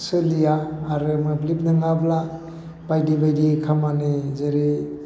सोलिया आरो मोब्लिब नङाब्ला बायदि बायदि खामानि जेरै